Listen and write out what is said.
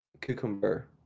cucumber